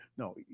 No